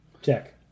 Check